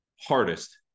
hardest